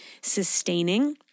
sustaining